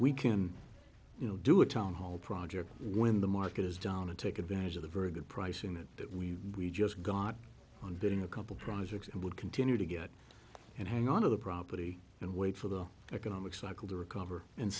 we can you know do a town hall project when the market is down and take advantage of the very good pricing that that we we just got on doing a couple tries x and would continue to get and hang on to the property and wait for the economic cycle to recover and